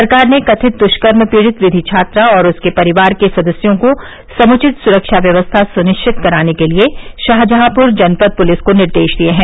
सरकार ने कथित दुष्कर्म पीड़ित विवि छात्रा और उसके परिवार के सदस्यों को समृचित सुरक्षा व्यवस्था सनिश्वित कराने के शाहजहांपर जनपद पुलिस को निर्देश दिये हैं